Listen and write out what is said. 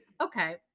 Okay